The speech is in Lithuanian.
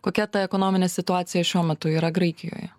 kokia ta ekonominė situacija šiuo metu yra graikijoje